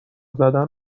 زدن